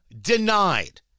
denied